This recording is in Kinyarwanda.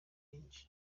eng